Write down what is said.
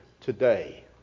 today